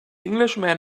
englishman